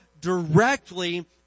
directly